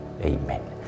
Amen